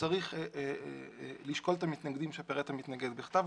צריך לשקול את המתנגדים שפירט המתנגד בכתב,